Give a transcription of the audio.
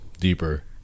deeper